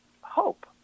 hope